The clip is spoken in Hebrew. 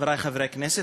חברי חברי הכנסת,